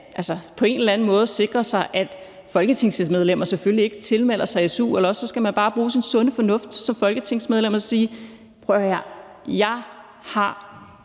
man på en eller anden måde sikre sig, at folketingsmedlemmer selvfølgelig ikke tilmelder sig su, eller også skal man bare bruge sin sunde fornuft som folketingsmedlem og sige: Jeg har et vederlag,